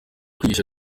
kwigisha